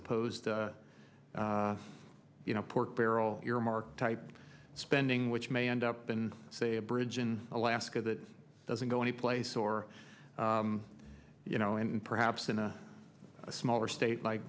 opposed to you know pork barrel earmark type spending which may end up in say a bridge in alaska that doesn't go anyplace or you know and perhaps in a smaller state like